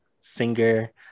singer